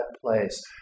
place